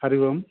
Hari Om